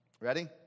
Ready